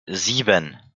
sieben